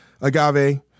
agave